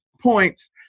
points